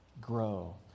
grow